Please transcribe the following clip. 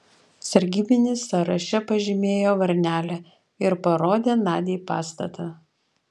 sargybinis sąraše pažymėjo varnelę ir parodė nadiai pastatą